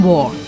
War